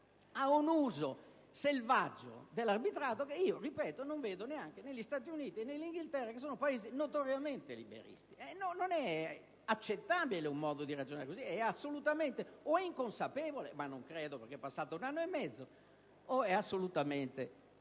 a un uso selvaggio di tale istituto, che, ripeto, non vedo neanche negli Stati Uniti e nell'Inghilterra, Paesi notoriamente liberisti. Non è accettabile un modo di ragionare così: forse è inconsapevole (ma non credo perché è passato un anno e mezzo), ma è assolutamente devastante